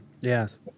Yes